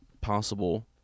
possible